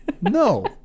No